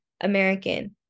American